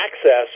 access